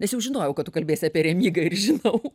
nes jau žinojau ką tu kalbėsi apie remigygą ir žinau